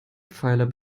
pfeiler